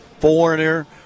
Foreigner